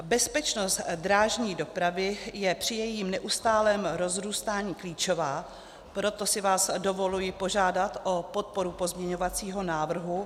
Bezpečnost drážní dopravy je při jejím neustálém rozrůstání klíčová, proto si vás dovoluji požádat o podporu pozměňovacího návrhu.